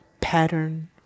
Pattern